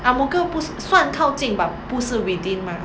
ang mo kio 不算靠近 but 不是 within mah